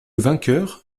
vainqueur